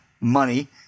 money